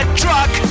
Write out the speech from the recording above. truck